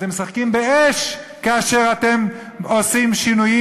אתם משחקים באש כאשר אתם עושים שינויים